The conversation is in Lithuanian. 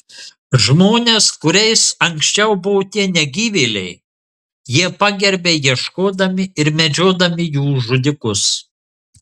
žmones kuriais anksčiau buvo tie negyvėliai jie pagerbia ieškodami ir medžiodami jų žudikus